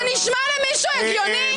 זה נשמע למישהו הגיוני?